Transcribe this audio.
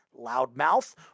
Loudmouth